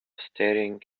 staring